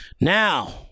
now